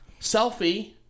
Selfie